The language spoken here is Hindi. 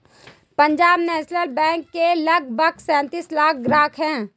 पंजाब नेशनल बैंक के लगभग सैंतीस लाख ग्राहक हैं